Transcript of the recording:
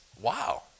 wow